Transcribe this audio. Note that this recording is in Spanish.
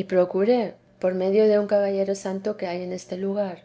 y procuré por medio de un caballero santo que hay en este lugar